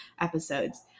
episodes